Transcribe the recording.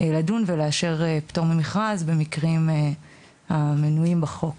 לדון ולאשר פטור ממכרז במקרים המנויים בחוק.